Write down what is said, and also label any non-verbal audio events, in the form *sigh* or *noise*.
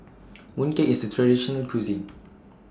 *noise* Mooncake IS A Traditional Local Cuisine